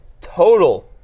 total